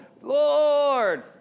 Lord